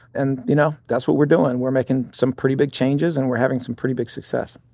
and, you know, that's what we're doing. we're making some pretty big changes and we're having some pretty big success.